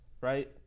right